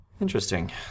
Interesting